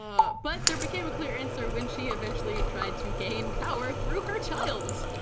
um but there became a clear answer when she eventually tried to gain power through her child,